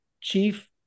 chief